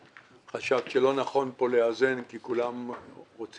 וחשבת שלא נכון כאן לאזן כי כולם רוצים